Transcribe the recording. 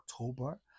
October